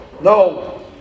No